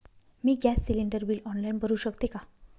मी gas cylinder bill online भरु शकते का?